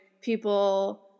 people